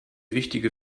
wichtige